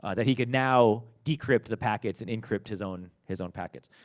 ah that he could now decrypt the packets, and encrypt his own his own packets.